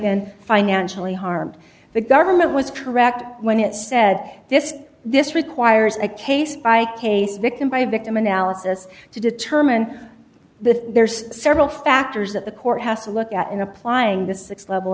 been financially harmed the government was correct when it said this this requires a case by case victim by victim analysis to determine the there's several factors that the court has to look at in applying the six level